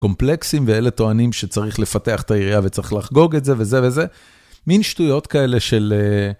קומפלקסים ואלה טוענים שצריך לפתח את העירייה וצריך לחגוג את זה וזה וזה, מין שטויות כאלה של...